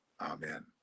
Amen